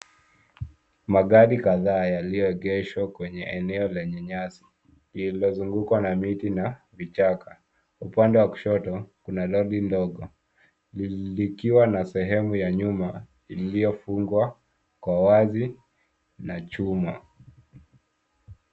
Magari kadhaa yaliyoegeshwa kwenye eneo lenye nyasi ilozungukwa na miti na vichaka. Upande wa kushoto, kuna lori ndogo likiwa na sehemu ya nyuma iliyofungwa kwa wazi na chuma.